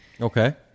Okay